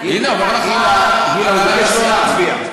הינה, אומרת, לא להצביע.